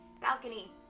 balcony